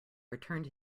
returned